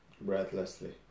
breathlessly